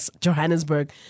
Johannesburg